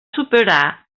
superar